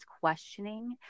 questioning